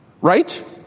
right